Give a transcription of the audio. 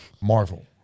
Marvel